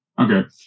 Okay